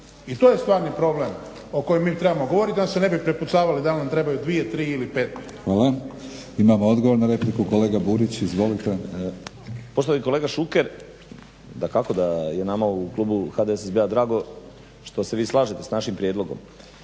I to je stvarni problem o kojem mi trebamo govorit da se ne bi prepucavali da li nam trebaju dvije, tri ili pet. **Batinić, Milorad (HNS)** Hvala. Imamo odgovor na repliku, kolega Burić. Izvolite. **Burić, Dinko (HDSSB)** Poštovani kolega Šuker, dakako da je nama u klubu HDSSB-a drago što se vi slažete sa našim prijedlogom.